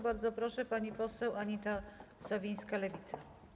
Bardzo proszę, pani poseł Anita Sowińska, Lewica.